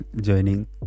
joining